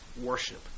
worship